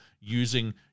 using